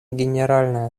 генеральная